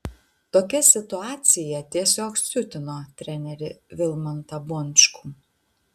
tokia situacija tiesiog siutino trenerį vilmantą bončkų